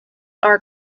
are